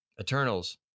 Eternals